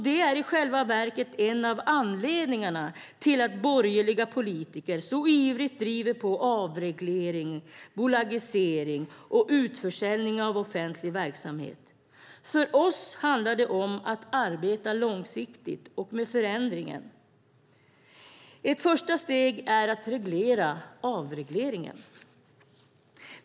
Det är i själva verket en av anledningarna till att borgerliga politiker så ivrigt driver på avreglering, bolagisering och utförsäljning av offentlig verksamhet. För oss handlar det om att arbeta långsiktigt med förändringen. Ett första steg är att reglera avregleringen.